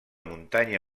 muntanya